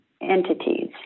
entities